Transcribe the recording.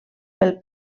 pel